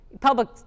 public